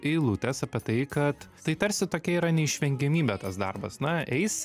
eilutės apie tai kad tai tarsi tokia yra neišvengiamybė tas darbas na eis